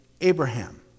Abraham